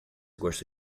gosta